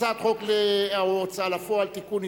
הצעת חוק ההוצאה לפועל (תיקון,